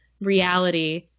reality